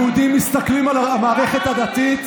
מה, יהודים מסתכלים על המערכת הדתית,